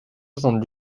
soixante